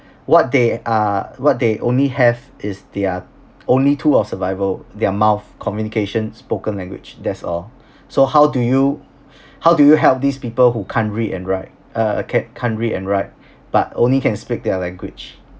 what they are what they only have is they're only tool of survival their mouth communication spoken language that's all so how do you how do you help these people who can't read and write uh can can't read and write but only can speak their language